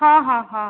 हा हा हा